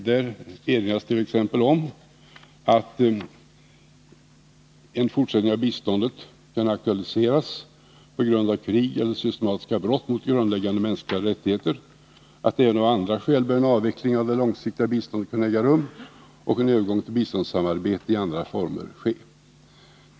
Där enas vi t.ex. om att en fortsättning av biståndet kan aktualiseras på grund av krig eller systematiska brott mot grundläggande mänskliga rättigheter. Även av andra skäl bör en avveckling av det långsiktiga biståndet kunna äga rum och en övergång till biståndssamarbete i andra former ske.